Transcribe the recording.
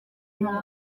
nkaba